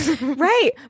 Right